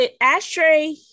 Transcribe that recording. Ashtray